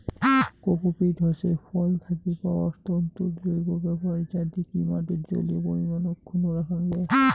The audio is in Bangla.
কোকোপীট হসে ফল থাকি পাওয়া তন্তুর জৈব ব্যবহার যা দিকি মাটির জলীয় পরিমান অক্ষুন্ন রাখাং যাই